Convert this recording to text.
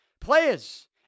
Players